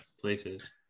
places